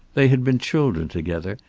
they had been children together,